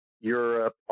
Europe